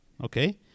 Okay